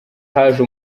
haje